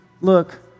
Look